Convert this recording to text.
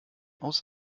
aus